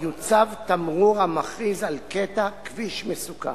יוצב תמרור המכריז על קטע כביש מסוכן.